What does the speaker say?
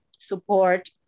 support